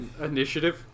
initiative